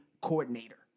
coordinator